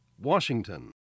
Washington